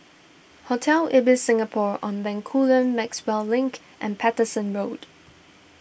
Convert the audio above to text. Hotel Ibis Singapore on Bencoolen Maxwell Link and Paterson Road